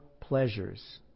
pleasures